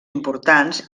importants